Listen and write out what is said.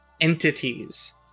entities